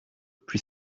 puis